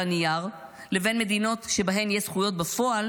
הנייר לבין מדינות שבהן יש זכויות בפועל,